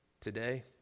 today